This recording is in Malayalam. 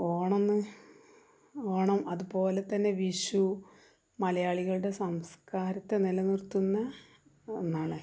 ഓണന്ന് ഓണം അതുപോലെ തന്നെ വിഷു മലയാളികളുടെ സംസ്കാരത്തെ നിലനിർത്തുന്ന ഒന്നാണ്